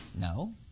No